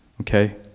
okay